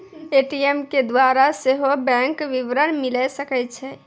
ATM के द्वारा सेहो बैंक विबरण मिले सकै छै